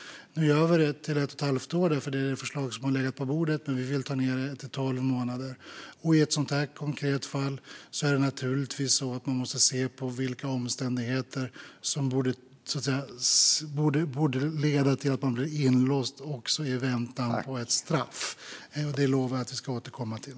Nu gör vi det till ett och ett halvt år därför att det är det förslag som har legat på bordet, men vi vill ta ned det till tolv månader. I ett sådant här konkret fall måste vi naturligtvis se på vilka omständigheter som borde leda till att man blir inlåst också i väntan på ett straff. Det lovar jag att vi ska återkomma till.